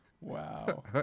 Wow